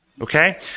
Okay